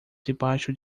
debaixo